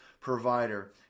provider